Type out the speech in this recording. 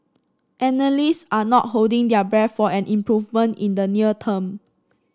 analyst are not holding their breath for an improvement in the near term